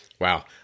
Wow